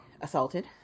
assaulted